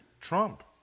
Trump